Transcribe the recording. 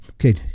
Okay